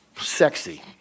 Sexy